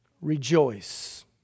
rejoice